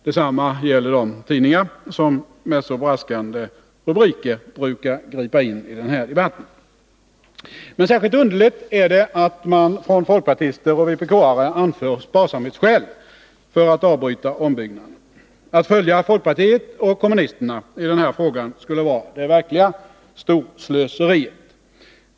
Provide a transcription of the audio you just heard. Detsamma gäller de tidningar som med braskande rubriker brukade gripa in i den här debatten. Men särskilt underligt är det att man från folkpartioch vpk-håll anför sparsamhetsskäl för att avbryta ombyggnaden. Att följa folkpartisterna och kommunisterna i den här frågan skulle vara det verkliga storslöseriet.